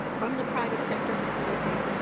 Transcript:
from the private sector, from other things.